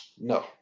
no